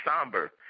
somber